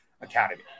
Academy